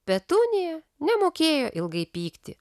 petunija nemokėjo ilgai pykti